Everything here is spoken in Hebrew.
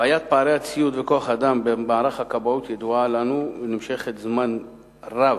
בעיית פערי הציוד וכוח-אדם במערך הכבאות ידועה לנו ונמשכת זמן רב.